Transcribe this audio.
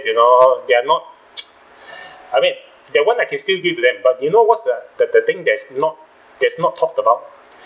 you know they are not I mean that one I can still give to them but you know what's that that the thing that's not that's not talked about